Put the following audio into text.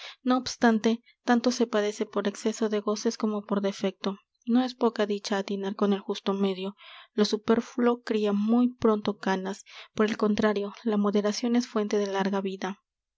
no obstante tanto se padece por exceso de goces como por defecto no es poca dicha atinar con el justo medio lo superfluo cria muy pronto canas por el contrario la moderacion es fuente de larga vida